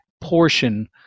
portion